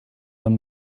them